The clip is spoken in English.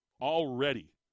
already